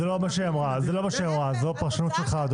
זה לא מה שהיא אמרה, זאת הפרשנות שלך, אדוני.